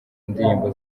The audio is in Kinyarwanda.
ndirimbo